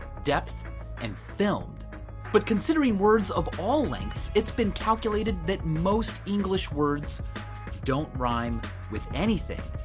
depth and filmed but considering words of all lengths, it's been calculated that most english words don't rhyme with anything.